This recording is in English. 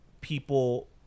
people